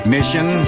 Mission